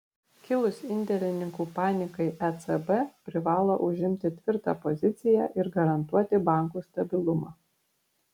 kilus indėlininkų panikai ecb privalo užimti tvirtą poziciją ir garantuoti bankų stabilumą